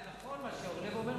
זה נכון מה שאורלב אומר,